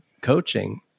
coaching